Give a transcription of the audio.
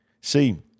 See